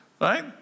right